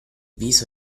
viso